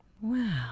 wow